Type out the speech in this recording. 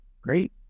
great